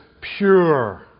pure